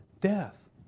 death